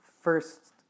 first